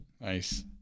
nice